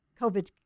COVID